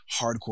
hardcore